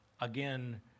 again